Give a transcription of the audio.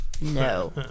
No